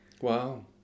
Wow